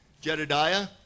Jedediah